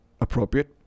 appropriate